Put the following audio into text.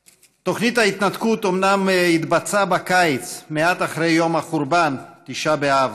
מס' 9399, 9410, 9426, 9465, 9477, 9478,